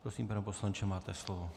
Prosím, pane poslanče, máte slovo.